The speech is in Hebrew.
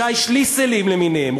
ישי שליסלים למיניהם,